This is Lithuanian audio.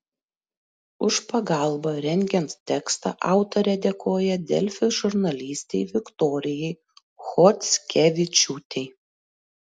už pagalbą rengiant tekstą autorė dėkoja delfi žurnalistei viktorijai chockevičiūtei